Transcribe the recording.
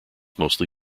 mostly